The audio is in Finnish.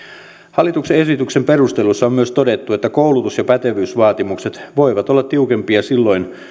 hallituksen esityksen perusteluissa on myös todettu että koulutus ja pätevyysvaatimukset voivat olla tiukempia silloin